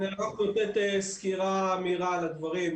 אני אתן סקירה מהירה על הדברים,